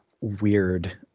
weird